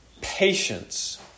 patience